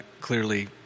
clearly